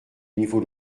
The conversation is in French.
niveau